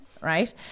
right